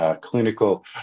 Clinical